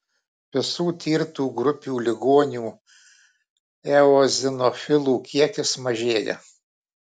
visų tirtų grupių ligonių eozinofilų kiekis mažėja